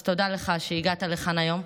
אז תודה לך שהגעת לכאן היום.